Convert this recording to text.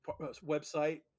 website